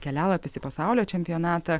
kelialapis į pasaulio čempionatą